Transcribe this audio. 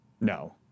No